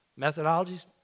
Methodologies